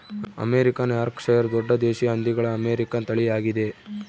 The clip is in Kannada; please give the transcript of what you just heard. ಅಮೇರಿಕನ್ ಯಾರ್ಕ್ಷೈರ್ ದೊಡ್ಡ ದೇಶೀಯ ಹಂದಿಗಳ ಅಮೇರಿಕನ್ ತಳಿಯಾಗಿದೆ